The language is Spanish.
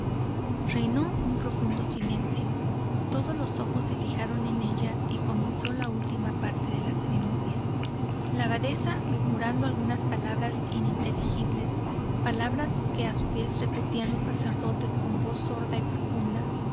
un profundo silencio todos los ojos se fijaron en ella y comenzó la última parte de la ceremonia la abadesa murmurando algunas palabras ininteligibles palabras que a su vez repetían los sacerdotes con voz sorda y profunda